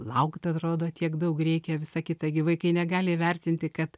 laukt atrodo tiek daug reikia visa kita gi vaikai negali įvertinti kad